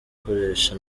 gukoresha